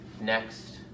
next